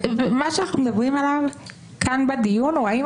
מה שאנחנו מדברים עליו כאן בדיון הוא האם